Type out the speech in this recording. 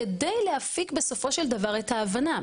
כדי להפיק בסופו של דבר את ההבנה.